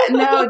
no